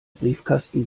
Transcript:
briefkasten